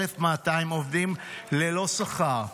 1,200 עובדים ללא שכר.